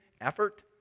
effort